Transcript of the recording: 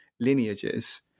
lineages